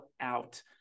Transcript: out